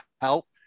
help